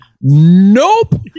Nope